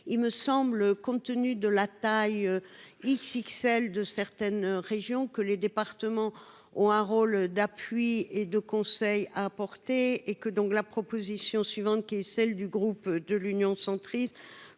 Il me semble, compte tenu de la taille XXL de certaines régions que les départements ont un rôle d'appui et de conseil à apporter et que donc la proposition suivante qui est celle du groupe de l'Union centriste,